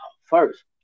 first